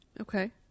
Okay